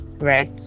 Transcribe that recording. right